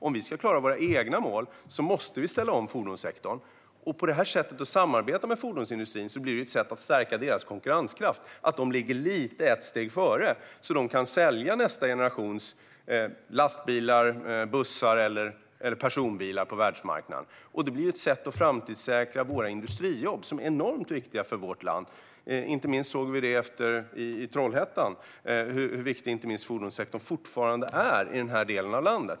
Om vi i Sverige ska klara våra egna mål måste vi ställa om fordonssektorn. Genom att på detta sätt samarbeta med fordonsindustrin stärker vi dess konkurrenskraft. Industrin kan då ligga ett steg före och sälja nästa generations lastbilar, bussar eller personbilar på världsmarknaden. Det blir även ett sätt att framtidssäkra industrijobben, som är enormt viktiga för vårt land. Vi har inte minst i Trollhättan sett hur viktig fordonssektorn fortfarande är i den delen av landet.